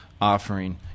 offering